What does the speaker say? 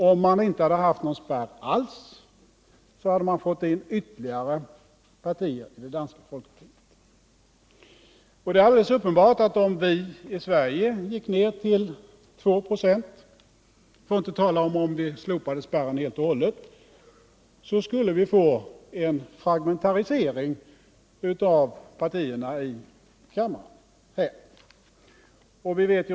Om man inte hade haft någon spärr alls, hade man fått in ännu fler partier i det danska folketinget. Det är alldeles uppenbart att om vi i Sverige ginge ned till 2 96 — för att inte tala om ifall vi skulle slopa spärren helt och hållet — skulle vi få en fragmentarisering av partierna i kammaren.